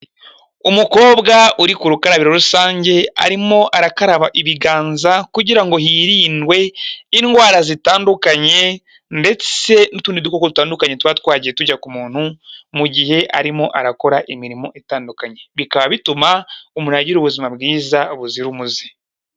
Umukobwa uri ku rukarabiro rusange arimo arakaraba ibiganza kugira ngo hirindwe indwara zitandukanye ndetse n'utundi dukoko dutandukanye tuba twagiye tujya ku muntu, mu gihe arimo arakora imirimo itandukanye, bikaba bituma umuntu agira ubuzima bwiza buzira umuze.